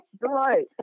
right